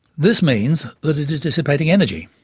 this means that it is dissipating energy.